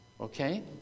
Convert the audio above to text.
Okay